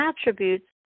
attributes